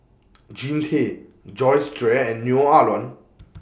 Jean Tay Joyce Jue and Neo Ah Luan